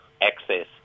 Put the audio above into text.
access